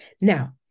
Now